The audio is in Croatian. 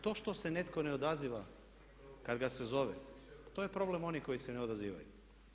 To što se netko ne odaziva kad ga se zove, to je problem onih koji se ne odazivaju.